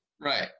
Right